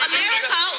America